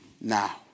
now